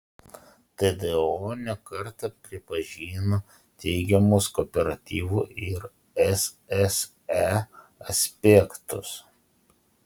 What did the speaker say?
tdo ne kartą pripažino teigiamus kooperatyvų ir sse aspektus